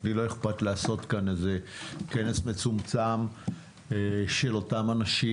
לא אכפת לי לעשות כאן איזה כנס מצומצם של אותם אנשים.